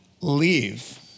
leave